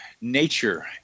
nature